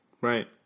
Right